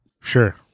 Sure